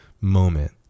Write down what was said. moment